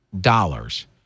dollars